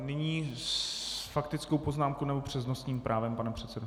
Nyní s faktickou poznámkou nebo přednostním právem, pane předsedo?